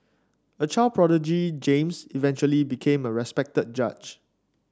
a child prodigy James eventually became a respected judge